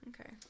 Okay